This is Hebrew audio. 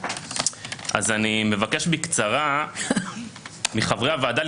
אבקש בקצרה מחברי הוועדה,